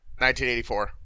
1984